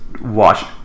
watch